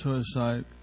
suicide